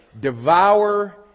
devour